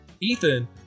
Ethan